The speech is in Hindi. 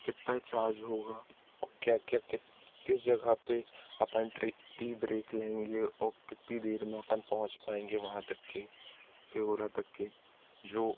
कितना चाज होगा और क्या क्या किस जगह पर अपन टी ब्रेक लेंगे और कितनी देर में अपन पहुंच पाएंगे वहाँ तक के सिहोर तक के जो